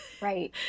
Right